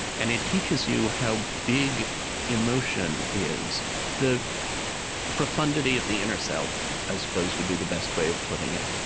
and it teaches you how big emotion is the profundity of the inner self, i suppose, would be the best way of putting it